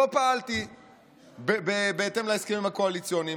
לא פעלתי בהתאם להסכמים הקואליציוניים,